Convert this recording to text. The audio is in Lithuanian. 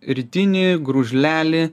rytinį gružlelį